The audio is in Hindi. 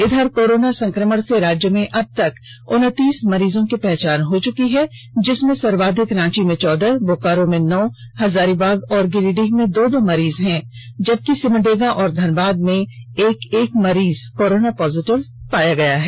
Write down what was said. इधर कोरोना संकमण से राज्य में अब तक उनतीस मरीजों की पहचान हो चुकी है जिसमें सर्वाधिक रांची में चौदह बोकारो में नौ हजारीबाग और गिरिडीह में दो दो मरीज मिले हैं जबकि सिमडेगा और धनबाद में एक एक मरीज कोरोना पॉजिटिव पाये गये हैं